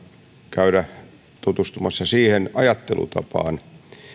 käydä tutustumassa siihen ajattelutapaan